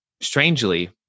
strangely